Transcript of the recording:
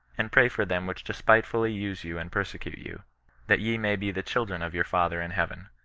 and pray for them which despite fully use you and persecute you that ye may be the children of your father in heaven.